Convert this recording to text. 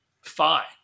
Fine